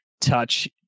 touch